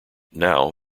now